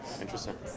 interesting